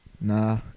Nah